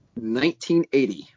1980